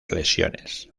lesiones